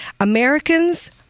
Americans